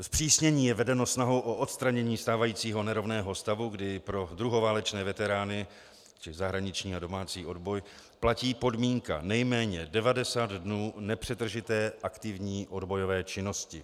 Zpřísnění je vedenou snahou o odstranění stávajícího nerovného stavu, kdy pro druhoválečné veterány, tedy zahraniční a domácí odboj, platí podmínka nejméně 90 dnů nepřetržité aktivní odbojové činnosti.